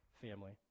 family